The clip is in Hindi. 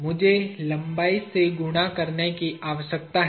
मुझे लंबाई से गुणा करने की आवश्यकता है